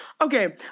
Okay